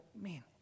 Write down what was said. man